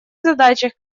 задачах